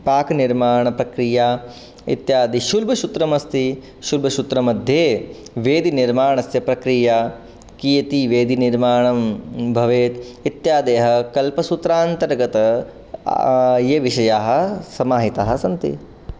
पाकनिर्माणप्रक्रिया इत्यादि शुल्भसूत्रम् अस्ति शुल्भसूत्रमध्ये वेदिनिर्माणस्य प्रक्रिया कियती वेदिनिर्माणं भवेत् इत्यादयः कल्पसूत्रान्तर्गताः ये विषयाः समाहिताः सन्ति